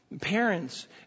Parents